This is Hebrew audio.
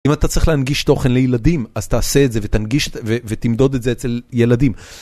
אם אתה צריך להנגיש תוכן לילדים אז תעשה את זה ותנגיש ותמדוד את זה אצל ילדים.